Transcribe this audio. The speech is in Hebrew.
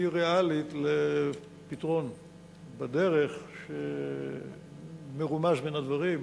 היא ריאלית לפתרון בדרך שמרומז מן הדברים שהעלית.